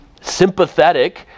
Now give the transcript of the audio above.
sympathetic